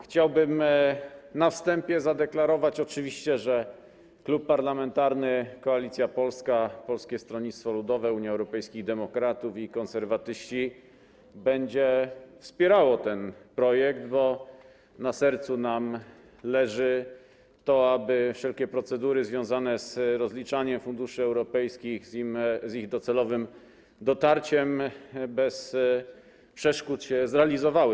Chciałbym na wstępie zadeklarować, że oczywiście Klub Parlamentarny Koalicja Polska - Polskie Stronnictwo Ludowe, Unia Europejskich Demokratów, Konserwatyści będzie popierał ten projekt, bo na sercu leży nam to, aby wszelkie procedury związane z rozliczaniem funduszy europejskich, z ich docelowym dotarciem bez przeszkód się zrealizowały.